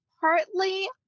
Partly